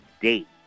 date